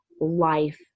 life